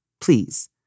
please